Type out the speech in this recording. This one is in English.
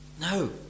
No